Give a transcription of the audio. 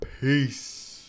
Peace